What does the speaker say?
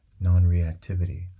non-reactivity